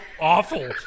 awful